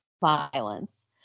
violence